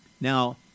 Now